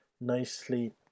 nicely